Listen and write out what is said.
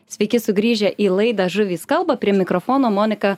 sveiki sugrįžę į laidą žuvys kalba prie mikrofono monika